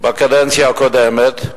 בקדנציה הקודמת,